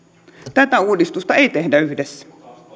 tätä uudistusta ei tehdä yhdessä